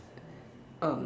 um